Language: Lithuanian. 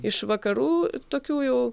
iš vakarų tokių jau